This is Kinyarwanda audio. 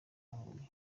huye